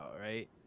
right